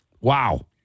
Wow